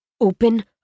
Open